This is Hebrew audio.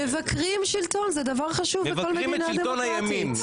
מבקרים שלטון, זה דבר חשוב בכל מדינה דמוקרטית.